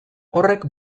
horrek